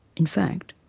in fact,